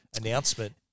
announcement